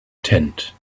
tent